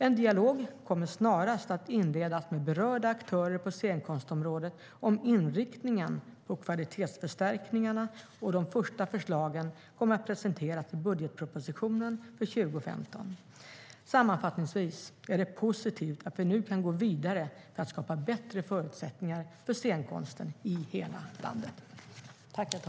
En dialog kommer snarast att inledas med berörda aktörer på scenkonstområdet om inriktningen på kvalitetsförstärkningarna, och de första förslagen kommer att presenteras i budgetpropositionen för 2015. Sammanfattningsvis är det positivt att vi nu kan gå vidare för att skapa bättre förutsättningar för scenkonsten i hela landet.